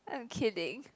I'm kidding